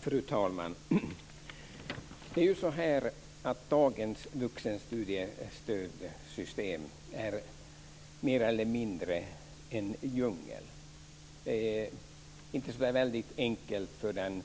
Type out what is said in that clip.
Fru talman! Dagens vuxenstudiestödssystem är mer eller mindre en djungel. Det är inte så enkelt för den